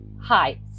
hi